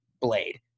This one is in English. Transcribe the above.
Blade